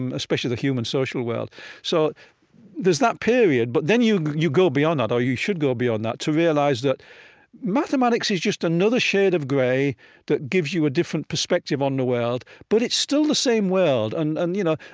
um especially the human social world so there's that period. but then you you go beyond that or you should go beyond that to realize that mathematics is just another shade of gray that gives you a different perspective on the world. but it's still the same world. and and you know